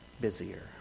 busier